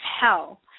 hell